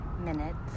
minutes